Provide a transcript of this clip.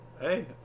hey